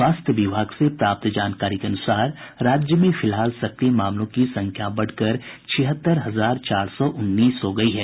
स्वास्थ्य विभाग से प्राप्त जानकारी के अनुसार राज्य में फिलहाल सक्रिय मामलों की संख्या बढ़कर छिहत्तर हजार चार सौ उन्नीस हो गयी है